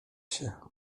się